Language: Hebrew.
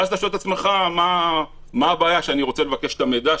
ואז אתה שואל את עצמך: מה הבעיה שאני רוצה לבקש את המידע,